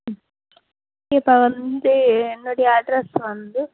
ம் இப்போ வந்து என்னுடைய அட்ரெஸ் வந்து